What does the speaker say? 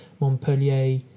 montpellier